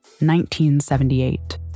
1978